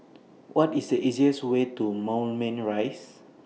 What IS The easiest Way to Moulmein Rise